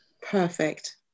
perfect